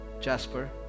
Jasper